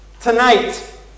tonight